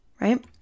right